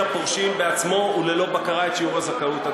לפורשים בעצמו וללא בקרה את שיעור הזכאות.